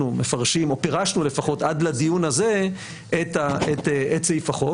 מפרשים או פירשנו לפחות עד לדיון הזה את סעיף החוק.